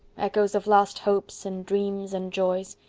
echoes of lost hopes and dreams and joys.